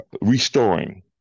restoring